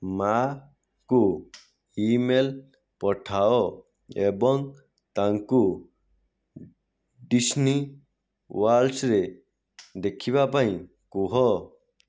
ମା'ଙ୍କୁ ଇମେଲ୍ ପଠାଅ ଏବଂ ତାଙ୍କୁ ଡିସନୀ ୱାର୍ଲ୍ଡରେ ଦେଖିବା ପାଇଁ କୁହ